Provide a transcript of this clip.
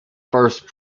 first